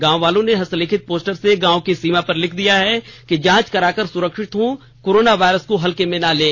गांव वालों ने हस्तलिखित पोस्टर से गांव की सीमा पर लिखा दिया है कि जांच कराकर सुरक्षित हो कोरोना वायरस को हल्के में ना लें